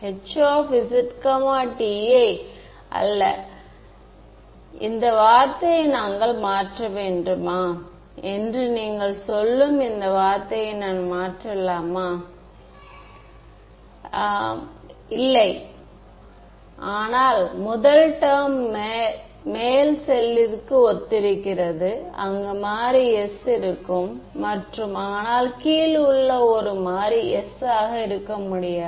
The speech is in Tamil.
இதுவும் முன்பே எங்களுக்குத் தெரியும் இதை நான் மீண்டும் இப்படி எழுதினேன் ∇×HJ∂D∂t E j0rE இதை நான் ஒரு காம்ப்ளெக்ஸ் பெர்மிட்டிவிட்டியின் அடிப்படையில் எழுத முடியும்